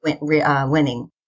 winning